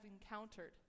encountered